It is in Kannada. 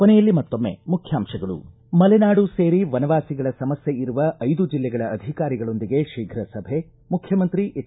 ಕೊನೆಯಲ್ಲಿ ಮತ್ತೊಮ್ಮೆ ಮುಖ್ಯಾಂಶಗಳು ಮಲೆನಾಡು ಸೇರಿ ವನವಾಸಿಗಳ ಸಮಸ್ಕೆ ಇರುವ ಐದು ಜಿಲ್ಲೆಗಳ ಅಧಿಕಾರಿಗಳೊಂದಿಗೆ ಶೀಘ ಸಭೆ ಮುಖ್ಯಮಂತ್ರಿ ಎಚ್